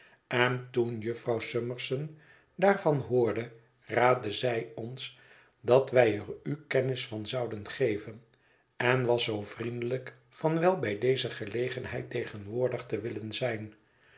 en toen jufvrouw summerson daarvan hoorde raadde zij ons dat wij er u kennis van zouden geven en was zoo vriendelijk van wel bij deze gelegenheid tegenwoordig te willen zijn